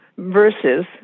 Versus